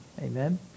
amen